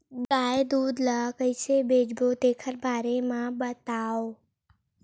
गाय दूध ल कइसे बेचबो तेखर बारे में बताओ?